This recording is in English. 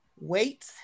wait